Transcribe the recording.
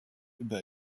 über